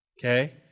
okay